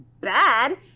bad